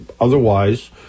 otherwise